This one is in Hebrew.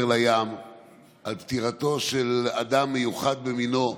לים על פטירתו של אדם מיוחד במינו,